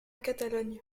catalogne